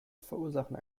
verursachen